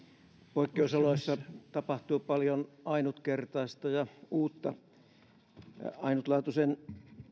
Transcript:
poikkeusoloissa tapahtuu paljon ainutkertaista ja uutta myös ainutlaatuisen